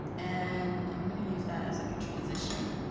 and i'm gonna use that as like a transition.